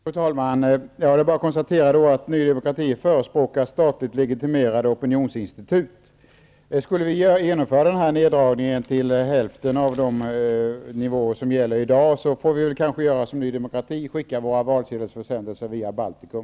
Fru talman! Det är då bara att konstatera att Ny demokrati förespråkar statligt legitimerade opinionsinstitut. Skulle vi genomföra en neddragning till hälften av de nivåer som gäller i dag, får vi kanske göra som Ny demokrati, dvs. skicka våra valsedelsförsändelser via Baltikum.